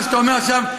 מה שאתה אומר עכשיו,